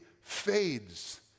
fades